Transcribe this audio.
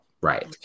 Right